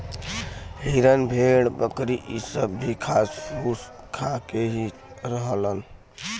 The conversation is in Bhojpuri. हिरन भेड़ बकरी इ सब भी घास फूस खा के ही रहलन